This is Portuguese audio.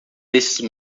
desses